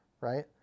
Right